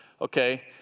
Okay